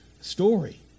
story